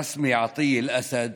רסמי עטייה אל אסד,